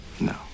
No